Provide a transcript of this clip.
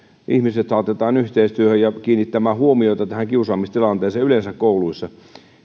ihmiset saatetaan yhteistyöhön ja kiinnittämään huomiota tähän kiusaamistilanteeseen yleensä kouluissa